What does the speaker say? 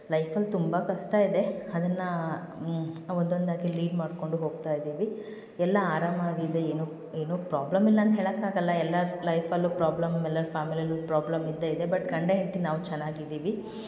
ಲೈಫಲ್ಲಿ ತುಂಬ ಕಷ್ಟ ಇದೆ ಅದನ್ನು ಒಂದೊಂದಾಗಿ ಲೀಡ್ ಮಾಡಿಕೊಂಡು ಹೋಗ್ತಾ ಇದ್ದೀವಿ ಎಲ್ಲ ಆರಾಮ ಆಗಿ ಇದೆ ಏನು ಏನು ಪ್ರಾಬ್ಲಮ್ ಇಲ್ಲ ಅಂತ ಹೇಳಕ್ಕಾಗಲ್ಲ ಎಲ್ಲಾರ ಲೈಫಲ್ಲೂ ಪ್ರಾಬ್ಲಮ್ ಎಲ್ಲಾರ ಫ್ಯಾಮಿಲಿಯಲ್ಲೂ ಪ್ರಾಬ್ಲಮ್ ಇದ್ದೇ ಇದೆ ಬಟ್ ಗಂಡ ಹೆಂಡತಿ ನಾವು ಚೆನ್ನಾಗಿ ಇದ್ದೀವಿ